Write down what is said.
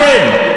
אתם.